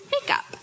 makeup